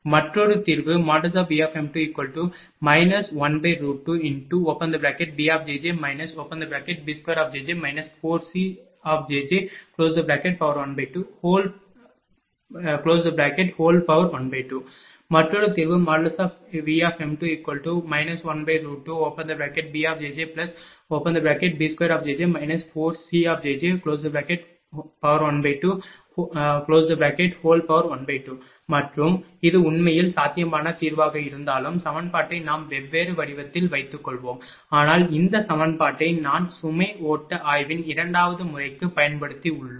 மற்றொரு தீர்வு Vm2 12bjj b2jj 4cjj1212 மற்றொரு தீர்வு Vm2 12bjjb2jj 4cjj1212 மற்றும் இது உண்மையில் சாத்தியமான தீர்வாக இருந்தாலும் சமன்பாட்டை நாம் வெவ்வேறு வடிவத்தில் வைத்துள்ளோம் ஆனால் இந்த சமன்பாட்டை நாம் சுமை ஓட்ட ஆய்வின் இரண்டாவது முறைக்கு பயன்படுத்தியுள்ளோம்